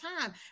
time